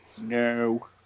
No